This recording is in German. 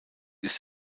ist